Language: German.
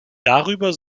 darüber